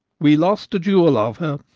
we lost a jewel of her,